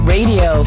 Radio